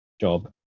job